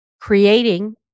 creating